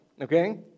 Okay